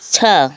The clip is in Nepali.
छ